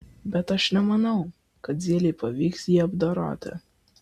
bet aš nemanau kad zylei pavyks jį apdoroti